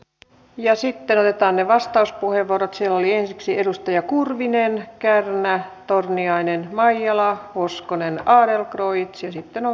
a b ja sitten etäännyvastauspuheenvuorotsijojen yksi edustaja kurvinen kärnä torniainen maijala huuskonen ajaa voikin hetkellä on